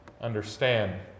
Understand